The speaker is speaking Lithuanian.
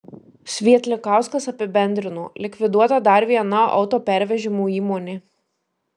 svietlikauskas apibendrino likviduota dar viena autopervežimų įmonė